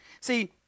See